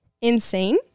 insane